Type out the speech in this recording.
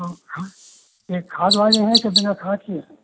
यह खाद वाली हैं कि बिना खाद की हैं